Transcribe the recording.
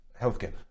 healthcare